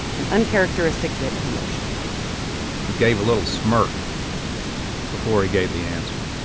an uncharacteristic bit of emotion he gave a little smirk before he gave the answer.